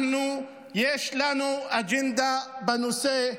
יש לנו אג'נדה בנושא.